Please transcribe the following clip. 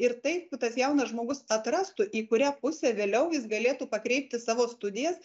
ir taip tas jaunas žmogus atrastų į kurią pusę vėliau jis galėtų pakreipti savo studijas